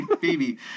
Baby